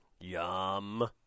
Yum